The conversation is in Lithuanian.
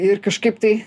ir kažkaip tai